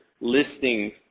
listings